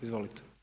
Izvolite.